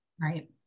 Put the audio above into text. Right